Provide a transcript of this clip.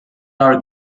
are